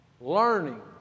learning